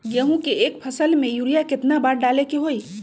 गेंहू के एक फसल में यूरिया केतना बार डाले के होई?